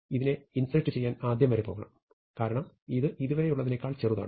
ഇതിനെ ഇൻസെർട്ട് ചെയ്യാൻ ആദ്യം വരെ പോകണം കാരണം ഇത് ഇതുവരെ ഉള്ളതിനേക്കാൾ ചെറുതാണ്